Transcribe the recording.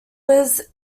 lives